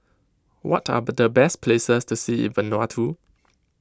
what are the best places to see in Vanuatu